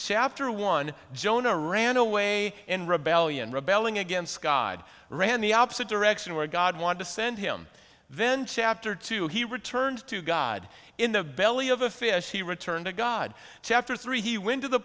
chapter one jonah ran away in rebellion rebelling against god ran the opposite direction where god wanted to send him then chapter two he returned to god in the belly of a fish he returned to god chapter three he went to the